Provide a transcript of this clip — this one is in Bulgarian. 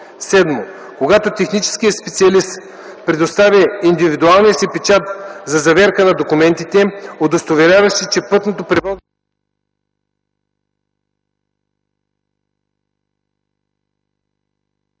7. когато техническият специалист предостави индивидуалния си печат за заверка на документите, удостоверяващи, че пътното превозно